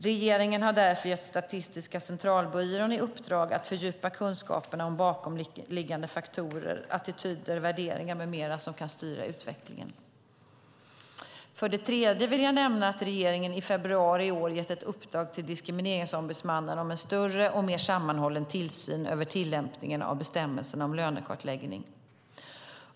Regeringen har därför gett Statistiska centralbyrån i uppdrag att fördjupa kunskaperna om bakomliggande faktorer, attityder, värderingar med mera som kan styra utvecklingen. För det tredje vill jag nämna att regeringen i februari i år gett ett uppdrag till Diskrimineringsombudsmannen om en större och mer sammanhållen tillsyn över tillämpningen av bestämmelserna om lönekartläggning.